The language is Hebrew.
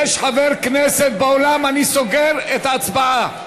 האם יש חבר כנסת באולם, אני סוגר את ההצבעה.